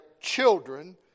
children